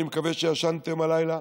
אני מקווה שישנתם הלילה